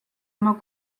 oma